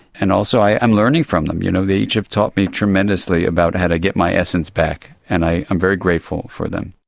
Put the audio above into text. and also i am learning from them. you know they each have taught me tremendously about how to get my essence back, and i'm very grateful for them.